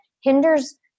hinders